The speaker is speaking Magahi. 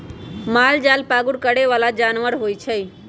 मालजाल पागुर करे बला जानवर होइ छइ